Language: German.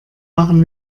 machen